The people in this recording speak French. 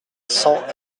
cent